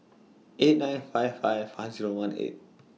eight nine five five five Zero one eight